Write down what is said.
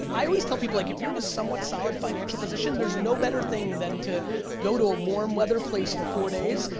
i always tell people like if you're in a somewhat solid financial position there's no better thing than to go to a warm weather place for four days,